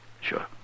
Sure